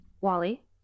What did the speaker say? Wally